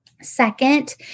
Second